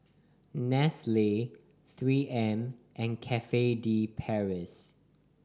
nestle Three M and Cafe De Paris